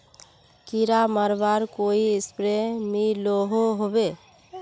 कीड़ा मरवार कोई स्प्रे मिलोहो होबे?